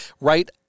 Right